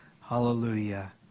Hallelujah